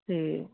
ਅਤੇ